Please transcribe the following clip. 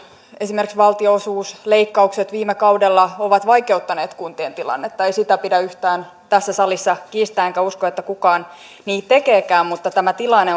esimerkiksi valtionosuusleikkaukset viime kaudella ovat vaikeuttaneet kuntien tilannetta ei sitä pidä yhtään tässä salissa kiistää enkä usko että kukaan niin tekeekään mutta tämä tilanne